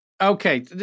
Okay